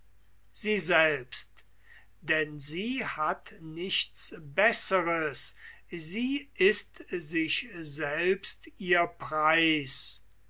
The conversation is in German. sie selbst denn sie hat nichts besseres sie ist sich selbst ihr preis